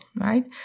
right